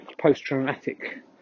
post-traumatic